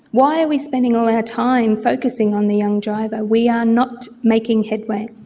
why are we spending all ah our time focusing on the young driver? we are not making headway.